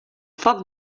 foc